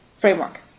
framework